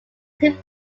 sweet